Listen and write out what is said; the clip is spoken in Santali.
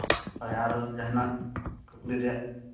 ᱦᱳᱭ ᱟᱨ ᱡᱟᱦᱟᱱᱟᱜ ᱠᱩᱠᱞᱤ ᱨᱮᱭᱟᱜ